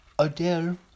Adele